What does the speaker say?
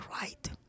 right